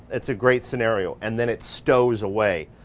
it's a great scenario. and then it stows away.